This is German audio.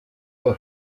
uhr